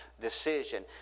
decision